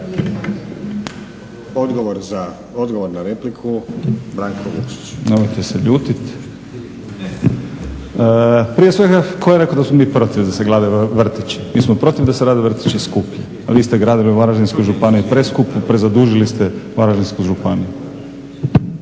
odgovor na repliku